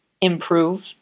improve